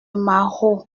maroux